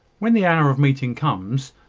when the hour of meeting comes,